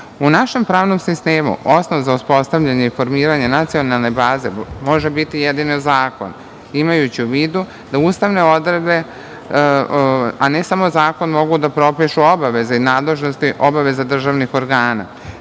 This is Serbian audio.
našem pravnom sistemu osnov za uspostavljanje i formiranje nacionalne baze može biti jedino zakon, imajući u vidu da ustavne odredbe, a ne samo zakon, mogu da propišu obaveze i nadležnosti obaveza državnih organa,